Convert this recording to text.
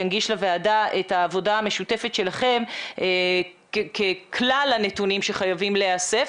ינגיש לוועדה את העבודה המשותפת שלכם ככלל הנתונים שחייבים להיאסף.